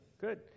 good